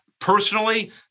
Personally